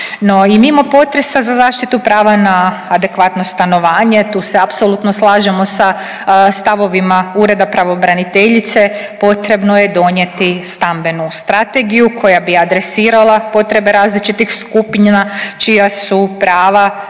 No i mimo potresa za zaštitu prava na adekvatno stanovanje tu se apsolutno slažemo sa stavovima Ureda pravobraniteljice. Potrebno je donijeti stambenu strategiju koja bi adresirala potrebe različitih skupina čija su prava